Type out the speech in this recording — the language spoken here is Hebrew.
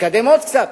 מתקדם עוד קצת,